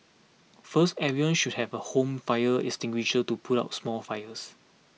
first everyone should have a home fire extinguisher to put out small fires